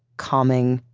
calming,